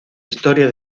historia